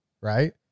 right